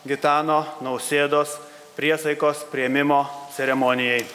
gitano nausėdos priesaikos priėmimo ceremonijai